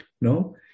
No